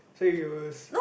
so you will